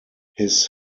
his